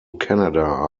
canada